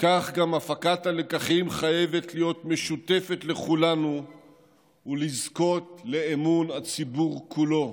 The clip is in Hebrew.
כך גם הפקת הלקחים חייבת להיות משותפת לכולנו ולזכות לאמון הציבור כולו.